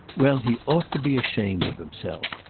well, he ought to be ashamed of himself.